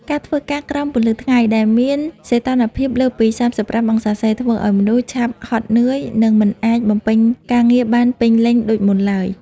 ការធ្វើការក្រោមពន្លឺថ្ងៃដែលមានសីតុណ្ហភាពលើសពី ៣៥ អង្សាសេ ធ្វើឱ្យមនុស្សឆាប់ហត់នឿយ និងមិនអាចបំពេញការងារបានពេញលេញដូចមុនឡើយ។